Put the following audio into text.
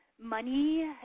money